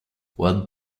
what